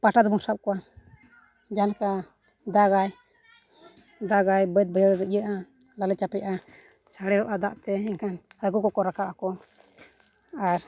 ᱯᱟᱴᱟ ᱛᱮᱵᱚᱱ ᱥᱟᱵ ᱠᱚᱣᱟ ᱡᱟᱦᱟᱸ ᱞᱮᱠᱟ ᱫᱟᱜ ᱟᱭ ᱫᱟᱜ ᱟᱭ ᱵᱟᱹᱫᱽ ᱵᱟᱹᱭᱦᱟᱹᱲ ᱤᱭᱟᱹᱜᱼᱟ ᱞᱟᱞᱮ ᱪᱟᱯᱮᱜᱼᱟ ᱥᱟᱬᱮᱨᱚᱜᱼᱟ ᱫᱟᱜᱛᱮ ᱮᱱᱠᱷᱟᱱ ᱦᱟᱹᱠᱩ ᱠᱚ ᱠᱚ ᱨᱟᱠᱟᱵ ᱟᱠᱚ ᱟᱨ